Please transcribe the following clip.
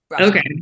Okay